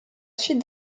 suite